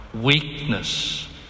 Weakness